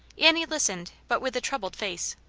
annie listened, but with a troubled face.